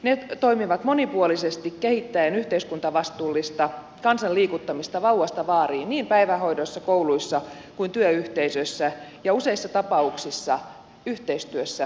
ne toimivat monipuolisesti kehittäen yhteiskuntavastuullista kansan liikuttamista vauvasta vaariin niin päivähoidossa kouluissa kuin työyhteisöissä ja useissa tapauksissa yhteistyössä kuntien kanssa